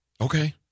Okay